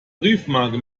briefmarke